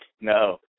no